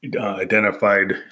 Identified